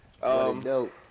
dope